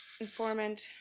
Informant